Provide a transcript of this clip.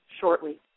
shortly